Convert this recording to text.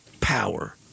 power